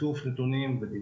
איסוף נתונים ו-...